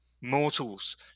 Mortals